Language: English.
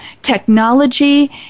technology